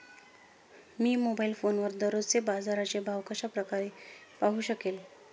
मी mobile फोनवर दररोजचे बाजाराचे भाव कशा प्रकारे पाहू शकेल?